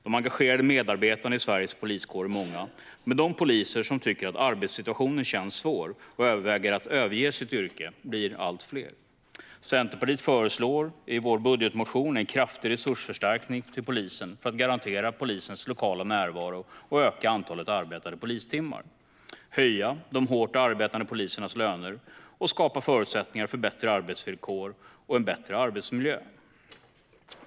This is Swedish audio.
De engagerade medarbetarna i Sveriges poliskår är många, men de poliser som tycker att arbetssituationen känns svår och överväger att överge sitt yrke blir allt fler. Vi i Centerpartiet föreslår i vår budgetmotion en kraftig resursförstärkning till polisen för att garantera polisens lokala närvaro och öka antalet arbetade polistimmar, höja de hårt arbetande polisernas löner samt skapa förutsättningar för bättre arbetsvillkor och en bättre arbetsmiljö.